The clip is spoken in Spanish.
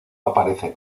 aparece